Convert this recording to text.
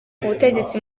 butegetsi